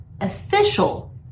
official